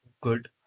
good